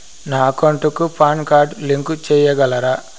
నా అకౌంట్ కు PAN card link సేయగలరా?